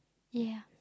ya